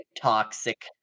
toxic